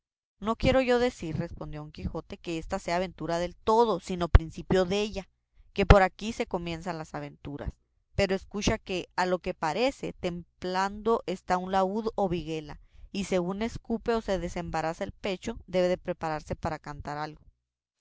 no quiero yo decir respondió don quijote que ésta sea aventura del todo sino principio della que por aquí se comienzan las aventuras pero escucha que a lo que parece templando está un laúd o vigüela y según escupe y se desembaraza el pecho debe de prepararse para cantar algo